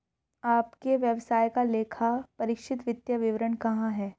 आपके व्यवसाय का लेखापरीक्षित वित्तीय विवरण कहाँ है?